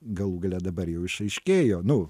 galų gale dabar jau išaiškėjo nu